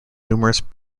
numerous